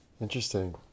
Interesting